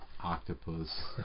octopus